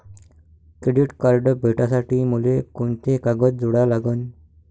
Credit card भेटासाठी मले कोंते कागद जोडा लागन?